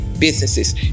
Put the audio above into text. businesses